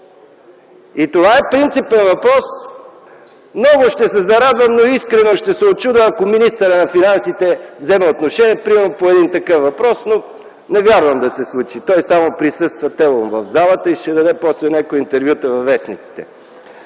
Това е принципен въпрос. Много ще се зарадвам, но искрено ще се учудя, ако министърът на финансите вземе отношение по такъв въпрос, но не вярвам да се случи. Той само присъства телом в залата и после ще даде някои интервюта във вестниците.